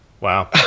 Wow